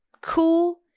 cool